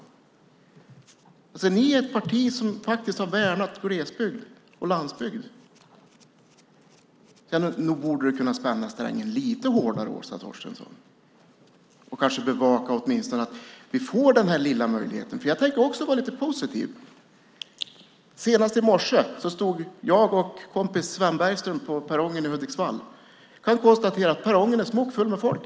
Centern är ju ett parti som värnat glesbygden och landsbygden, så nog borde du, Åsa Torstensson, kunna spänna strängen lite hårdare och kanske åtminstone bevaka att vi får den här lilla möjligheten. Jag tänker vara lite positiv. Senast i morse stod jag och kompisen Sven Bergström på perrongen i Hudiksvall. Vi kunde konstatera att perrongen var smockfull med folk.